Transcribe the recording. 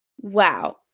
Wow